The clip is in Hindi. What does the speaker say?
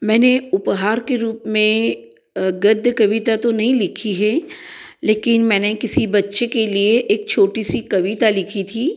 मैंने उपहार के रूप में गद्य कविता तो नहीं लिखी है लेकिन मैंने किसी बच्चे के लिए एक छोटी सी कविता लिखी थी